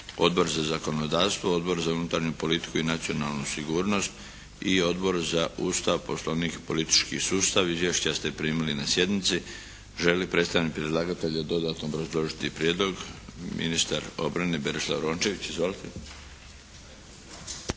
Odbor za zakonodavstvo, Odbor za unutarnju politiku i nacionalnu sigurnost i Odbor za Ustav, Poslovnik i politički sustav. Izvješća ste primili na sjednici. Želi li predstavnik predlagatelja dodatno obrazložiti prijedlog? Ministar obrane, Berislav Rončević. Izvolite.